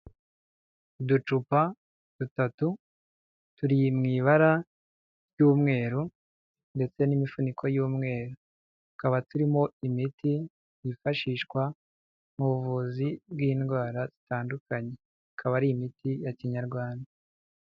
Uducupa dutatu turi mu ibara ry'umweru ndetse n'imifuniko y'umweru, tukaba turimo imiti wifashishwa mu buvuzi bw'indwara zitandukanye, ikaba ari imiti ya Kinyarwanda.